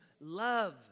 love